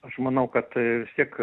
aš manau kad vis tiek